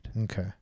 Okay